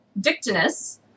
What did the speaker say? dictinus